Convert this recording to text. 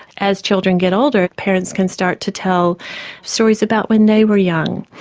as children get older parents can start to tell stories about when they were young.